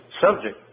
subject